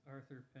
Arthur